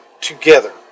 together